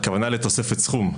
הכוונה היא לתוספת סכום.